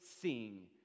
sing